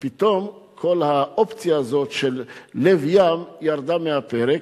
ופתאום כל האופציה הזאת של לב ים ירדה מהפרק,